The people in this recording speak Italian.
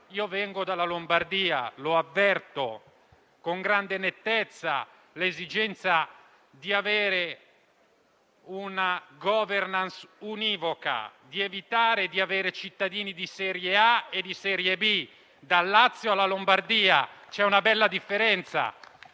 Io vengo dalla Lombardia e avverto con grande nettezza l'esigenza di avere una *governance* univoca, di evitare di avere cittadini di serie A e di serie B, dal Lazio alla Lombardia. C'è una bella differenza.